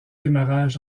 démarrage